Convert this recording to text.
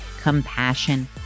compassion